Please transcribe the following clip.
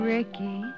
Ricky